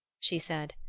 she said,